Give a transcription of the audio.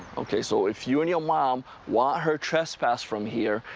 ok. so if you and your mom want her trespassed from here,